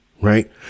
Right